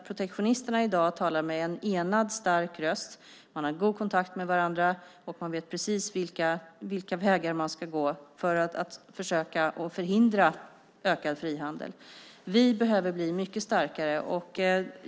Protektionisterna talar i dag med en enad stark röst, har god kontakt med varandra och vet precis vilka vägar man ska gå för att försöka förhindra ökad frihandel. Vi behöver bli mycket starkare.